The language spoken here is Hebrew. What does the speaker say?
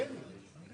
דרך אגב, שם